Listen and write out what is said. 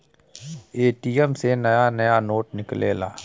ATM से नया नया नोट निकलेला